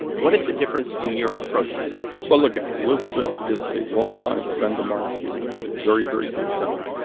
what is the difference in your approach with hers? well, again, elizabeth is a longtime friend of mine. she is a and very, very good senator.